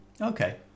Okay